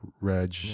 Reg